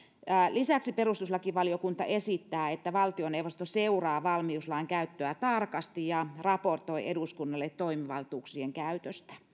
lisäksi perustuslakivaliokunta esittää että valtioneuvosto seuraa valmiuslain käyttöä tarkasti ja raportoi eduskunnalle toimivaltuuksien käytöstä